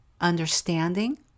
understanding